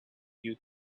you